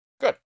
Good